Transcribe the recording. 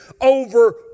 over